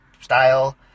style